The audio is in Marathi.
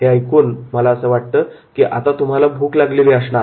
हे वर्णन ऐकून मला वाटतं की आता तुम्हाला भूक लागली असेल